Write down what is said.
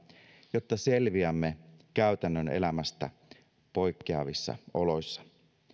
jotta selviämme käytännön elämästä poikkeavissa oloissa